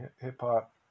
hip-hop